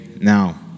Now